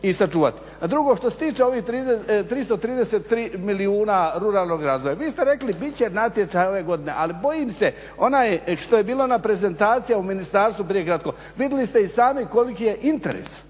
drugo, što se tiče ovih 333 milijuna ruralnog razvoja, vi ste rekli bit će natječaj ove godine, ali bojim se, onaj što je bilo na prezentacijama u ministarstvu prije kratko, vidjeli ste i sami koliki je interes,